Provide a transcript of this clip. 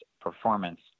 performance